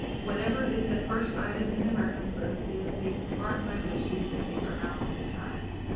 whatever is the first item in the reference list is the part by which these entries are alphabetized.